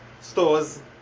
stores